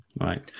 Right